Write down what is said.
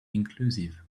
inclusive